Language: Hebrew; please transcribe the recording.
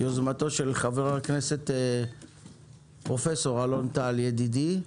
יוזמתו של חבר הכנסת פרופ' אלון טל ידידי.